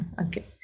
okay